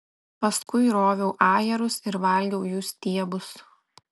paskui roviau ajerus ir valgiau jų stiebus